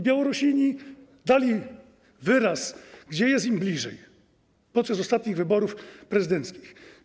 Białorusini dali wyraz temu, gdzie jest im bliżej, podczas ostatnich wyborów prezydenckich.